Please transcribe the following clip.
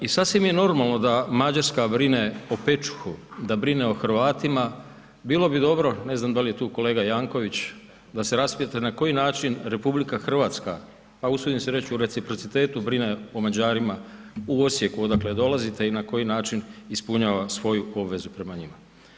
I sasvim je normalno da Mađarska brine o Pečuhu, da brine o Hrvatima, bilo bi dobro, ne znam da li je tu kolega Janković da se raspita na koji način RH, a usudim se reći u reciprocitetu brine o Mađarima u Osijeku odakle i dolazite i na koji način ispunjava svoju obvezu prema njima.